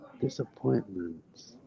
disappointments